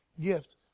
gift